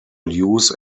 use